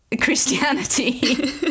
Christianity